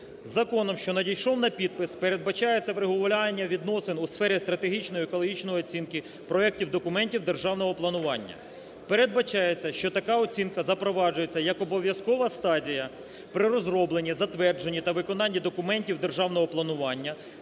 Законом, що надійшов на підпис, передбачається врегулювання відносин у сфері стратегічної екологічної оцінки проектів документів державного планування. Передбачається, що така оцінка запроваджується як обов'язкова стадія при розробленні, затвердженні та виконанні документів державного планування,